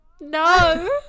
no